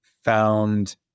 found